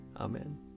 Amen